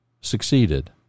succeeded